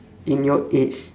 in your age